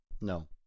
No